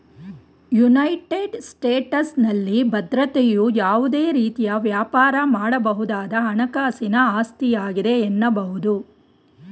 United ಸ್ಟೇಟಸ್ನಲ್ಲಿ ಭದ್ರತೆಯು ಯಾವುದೇ ರೀತಿಯ ವ್ಯಾಪಾರ ಮಾಡಬಹುದಾದ ಹಣಕಾಸಿನ ಆಸ್ತಿಯಾಗಿದೆ ಎನ್ನಬಹುದು